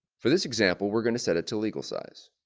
for this example we're going to set it to legal size.